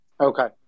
Okay